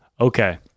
okay